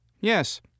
Yes